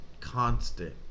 Constant